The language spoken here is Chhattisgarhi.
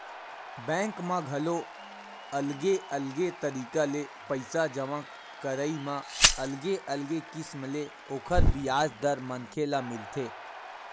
बेंक म घलो अलगे अलगे तरिका ले पइसा जमा करई म अलगे अलगे किसम ले ओखर बियाज दर मनखे ल मिलथे